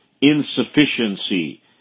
insufficiency